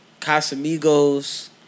Casamigos